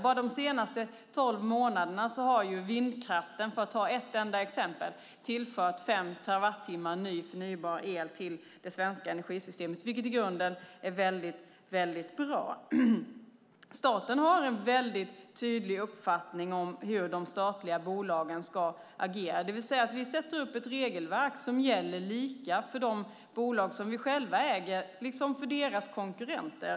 Bara de senaste tolv månaderna har vindkraften, för att ta ett enda exempel, tillfört 5 terawattimmar ny förnybar el till det svenska energisystemet, vilket i grunden är väldigt bra. Staten har en väldigt tydlig uppfattning om hur de statliga bolagen ska agera, det vill säga att vi sätter upp ett regelverk som gäller lika för de bolag som vi själva äger och för deras konkurrenter.